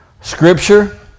scripture